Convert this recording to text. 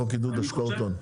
לחוק עידוד השקעות הון.